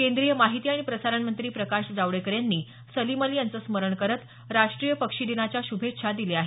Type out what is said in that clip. केंद्रीय माहिती आणि प्रसारण मंत्री प्रकाश जावडेकर यांनी सलिम अली यांचं स्मरण करत राष्ट्रीय पक्षी दिनाच्या शुभेच्छा दिल्या आहेत